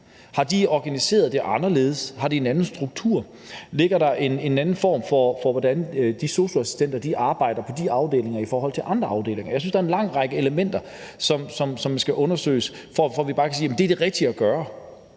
Har de organiseret det anderledes? Har de en anden struktur? Ligger der en anden model for, hvordan de sosu-assistenter arbejder på de afdelinger, i forhold til hvordan det er på andre afdelinger? Jeg synes, der er en lang række elementer, som skal undersøges, for at vi kan sige, at det er det rigtige at gøre.